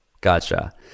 Gotcha